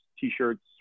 t-shirts